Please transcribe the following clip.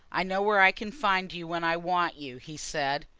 i know where i can find you when i want you, he said.